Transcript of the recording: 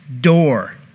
door